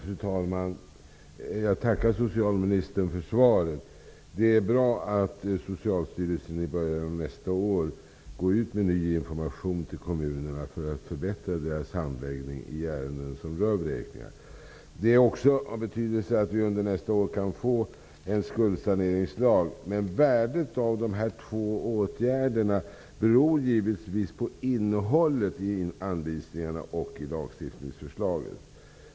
Fru talman! Jag tackar socialministern för svaret. Det är bra att socialstyrelsen i början av nästa år går ut med ny information till kommunerna för att förbättra deras handläggning i ärenden som rör vräkningar. Det är också av betydelse att vi under nästa år kan få en skuldsaneringslag, men värdet av de här två åtgärderna beror givetvis på innehållet i anvisningarna och i lagstiftningsförslaget.